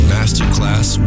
Masterclass